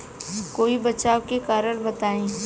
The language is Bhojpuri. कोई बचाव के कारण बताई?